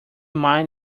mind